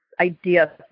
idea